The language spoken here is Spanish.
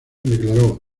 declaró